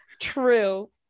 True